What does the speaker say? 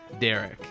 Derek